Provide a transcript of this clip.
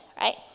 right